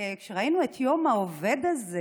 כשראינו את יום העובד הזה